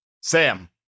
Sam